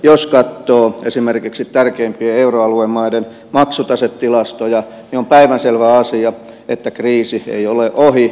jos katsoo esimerkiksi tärkeimpien euroaluemaiden maksutasetilastoja niin on päivänselvä asia että kriisi ei ole ohi